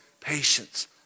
patience